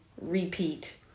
repeat